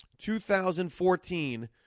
2014